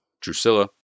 Drusilla